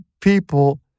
people